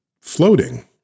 floating